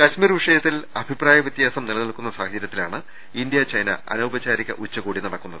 കശ്മീർ വിഷയത്തിൽ അഭിപ്രായ വൃത്യാസം നിലനിൽക്കുന്ന സാഹചര്യത്തിലാണ് ഇന്ത്യ ചൈന അനൌപചാരിക ഉച്ചകോടി നട ക്കുന്നത്